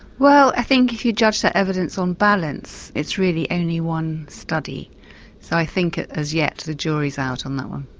well i think if you judge that evidence on balance it's really only one study so i think as yet the jury is out on that one.